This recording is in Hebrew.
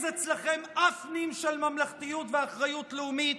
אצלכם אף נים של ממלכתיות ואחריות לאומית?